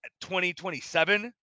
2027